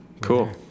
Cool